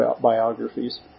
biographies